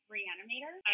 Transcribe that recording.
Reanimator